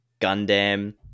Gundam